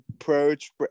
approach